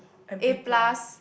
and B plus